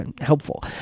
helpful